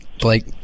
Blake